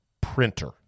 printer